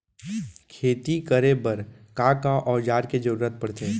खेती करे बर का का औज़ार के जरूरत पढ़थे?